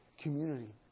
community